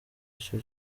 icyo